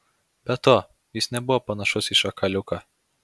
be to jis nebuvo panašus į šakaliuką